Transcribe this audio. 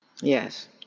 Yes